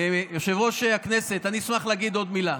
יושב-ראש הכנסת, אשמח להגיד עוד מילה.